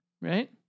Right